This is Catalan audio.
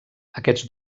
aquests